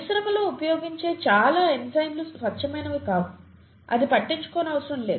పరిశ్రమలో ఉపయోగించే చాలా ఎంజైమ్లు స్వచ్ఛమైనవి కావు అది పట్టించుకోనవసరం లేదు